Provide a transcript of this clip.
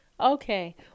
okay